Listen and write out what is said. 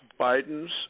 Biden's